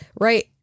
right